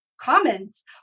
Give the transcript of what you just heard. comments